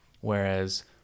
Whereas